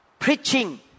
preaching